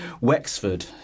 Wexford